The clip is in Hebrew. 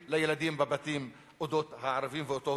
לילדים בבתים על אודות הערבים ועל זכויותיהם.